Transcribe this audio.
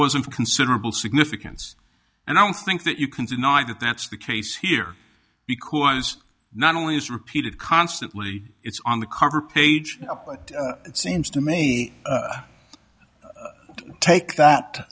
of considerable significance and i don't think that you can deny that that's the case here because not only is repeated constantly it's on the cover page it seems to me take that